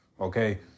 okay